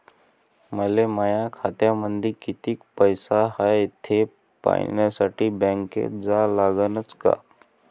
मले माया खात्यामंदी कितीक पैसा हाय थे पायन्यासाठी बँकेत जा लागनच का?